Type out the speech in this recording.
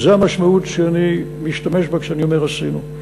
זו המשמעות שאני משתמש בה כשאני אומר "עשינו".